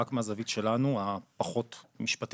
רק מהזווית שלנו הפחות משפטית,